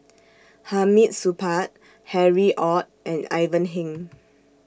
Hamid Supaat Harry ORD and Ivan Heng